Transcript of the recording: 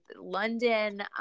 London